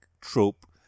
trope